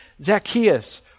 Zacchaeus